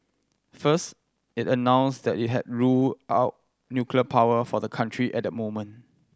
first it announced that it had ruled out nuclear power for the country at the moment